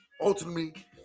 ultimately